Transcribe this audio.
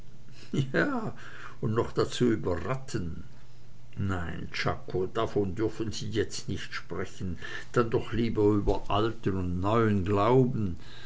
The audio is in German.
ja und noch dazu über ratten nein czako davon dürfen sie jetzt nicht sprechen dann doch noch lieber über alten und neuen glauben